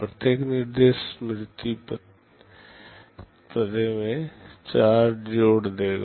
प्रत्येक निर्देश स्मृति पते में 4 जोड़ देगा